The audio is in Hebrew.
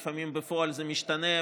ולפעמים בפועל זה משתנה,